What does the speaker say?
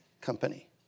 company